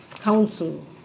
Council